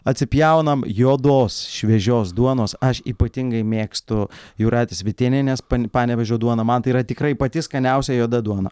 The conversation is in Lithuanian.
atsipjaunam juodos šviežios duonos aš ypatingai mėgstu jūratės vytėnienės panevėžio duoną man tai yra tikrai pati skaniausia juoda duona